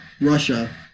Russia